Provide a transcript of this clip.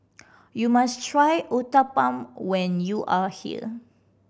you must try Uthapam when you are here